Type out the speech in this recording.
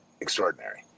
extraordinary